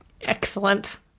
excellent